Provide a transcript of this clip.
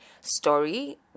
story